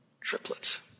triplets